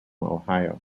ohio